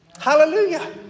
Hallelujah